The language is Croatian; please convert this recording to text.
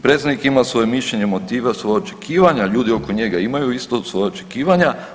Predsjednik ima svoje mišljenje, motive, svoja očekivanja, ljudi oko njega imaju isto svoja očekivanja.